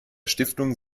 stiftung